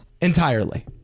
entirely